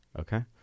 okay